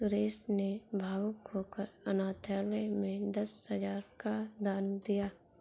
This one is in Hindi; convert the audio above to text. सुरेश ने भावुक होकर अनाथालय में दस हजार का दान दिया